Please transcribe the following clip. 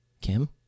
Kim